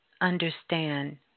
understand